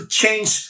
change